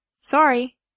Sorry